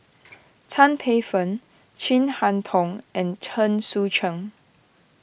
Tan Paey Fern Chin Harn Tong and Chen Sucheng